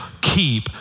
keep